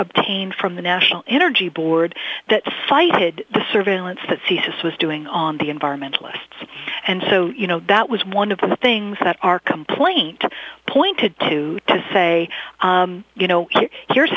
obtained from the national energy board that cited the surveillance that she says was doing on the environmentalists and so you know that was one of the things that our complaint pointed to to say you know here's